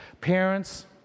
parents